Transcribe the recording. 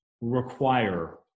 require